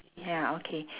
ya okay